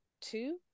two